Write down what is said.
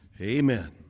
Amen